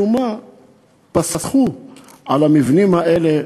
משום מה פסחו על המבנים האלה,